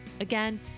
Again